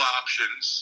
options